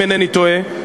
אם אינני טועה,